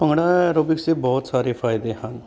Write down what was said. bhangra aerobics ਦੇ ਬਹੁਤ ਸਾਰੇ ਫਾਇਦੇ ਹਨ